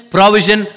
Provision